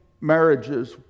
marriages